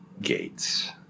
gates